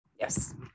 Yes